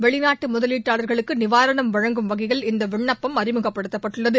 வெளிநாடு முதலீட்டாளா்களுக்கு நிவாரணம் வழங்கும் வகையில் இந்த விண்ணப்பம் அறிமுகப்படுத்தப்பட்டுள்ளது